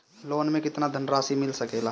Loan मे केतना धनराशी मिल सकेला?